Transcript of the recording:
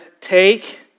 take